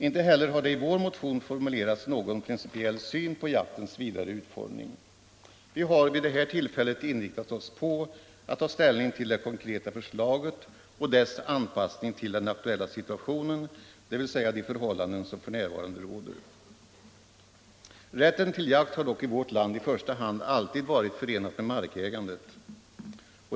Inte heller har det i vår motion formulerats någon principiell syn på jaktens vidare utformning. Vi har vid detta tillfälle inriktat oss på att ta ställning till det konkreta förslaget och dess anpassning till den aktuella situationen, dvs. de förhållanden som f.n. råder. Rätten till jakt har i vårt land i första hand alltid varit förenad med markägandet.